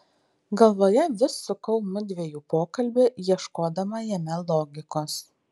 galvoje vis sukau mudviejų pokalbį ieškodama jame logikos